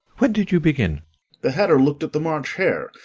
when did you begin the hatter looked at the march hare,